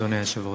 אדוני היושב-ראש.